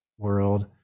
World